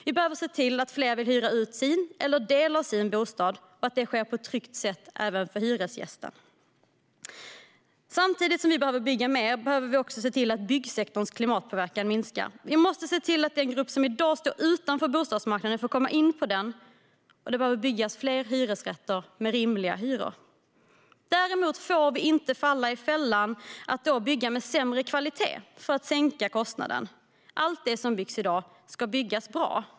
Vi behöver se till att fler vill hyra ut sin bostad, eller en del av sin bostad, och att det sker på ett sätt som är tryggt även för hyresgästen. Samtidigt som vi behöver bygga mer behöver vi också se till att byggsektorns klimatpåverkan minskar. Vi måste se till att den grupp som i dag står utanför bostadsmarknaden får komma in på den, och det behöver byggas fler hyresrätter med rimliga hyror. Däremot får vi inte falla i fällan att bygga med sämre kvalitet för att sänka kostnaden. Allt det som byggs i dag ska byggas bra.